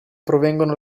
provengono